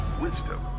wisdom